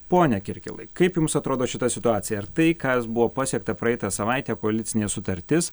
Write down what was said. pone kirkilai kaip jums atrodo šita situacija ar tai kas buvo pasiekta praeitą savaitę koalicinė sutartis